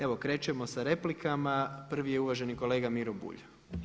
Evo krećemo sa replikama, prvi je uvaženi kolega Miro Bulj.